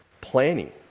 planning